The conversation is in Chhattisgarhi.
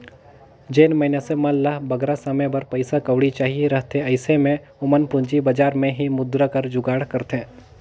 जेन मइनसे मन ल बगरा समे बर पइसा कउड़ी चाहिए रहथे अइसे में ओमन पूंजी बजार में ही मुद्रा कर जुगाड़ करथे